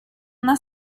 una